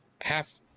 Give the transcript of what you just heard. half